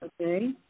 okay